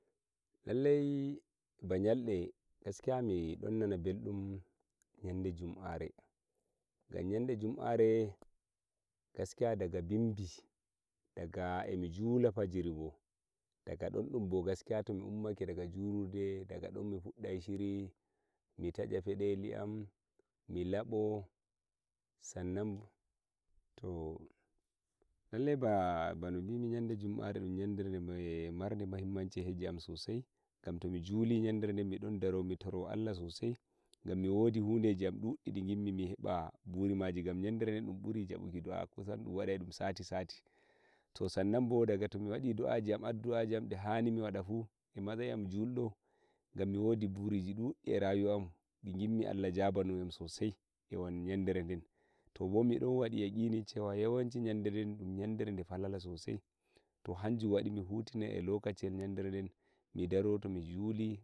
to dai ba chalde gaskiya mi don nana beldum yande jumare gan yande jumare gaskiya daga bimbi daga e mi jula fajiri bo daga don dumbo gaskiya to mi ummake daga juluki daga don mi fuddai shiri mi tacha fedeli am mi labo san nan to lalle bano bimi yande jumare dum yande bone marde muhimmanci eh hoje am sosai kam to mi juli yandere den mi don daro mi toro Allah sosai gam mi wodi hudeji am di gimmi mi heba buri maje gam yandere den dum buri jabu ki do'a wajen mi wadai dum sati sati to san nan bo to mi wadi do'aji am de hani mi wada tu eh matsayi am juldo gammi wodi buriji duddi e rayuwa am di gimmi Allah jabono yam sosai e yandere den to bo mi wodi yakini cewa yawanci yandere den dum yandere de falala sosai to hanjum wadi mi hudirai e lokaci gel yandere den to mi juli.